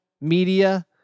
media